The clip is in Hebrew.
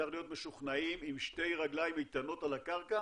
צריכים להיות משוכנעים עם שתי רגליים איתנות על הקרקע